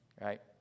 right